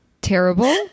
Terrible